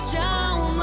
down